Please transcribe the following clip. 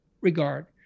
regard